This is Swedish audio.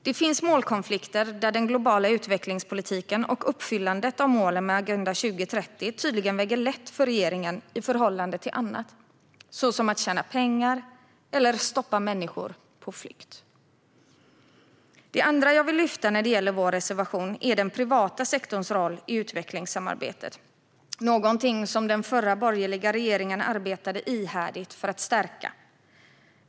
Det finns målkonflikter där den globala utvecklingspolitiken och uppfyllandet av målen med Agenda 2030 tydligen väger lätt för regeringen i förhållande till annat, såsom att tjäna pengar eller att stoppa människor på flykt. Det andra jag vill lyfta fram i vår reservation är den privata sektorns roll i utvecklingssamarbetet, någonting som den förra, borgerliga regeringen arbetade ihärdigt för att stärka.